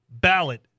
ballot